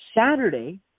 Saturday